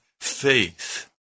faith